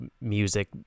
music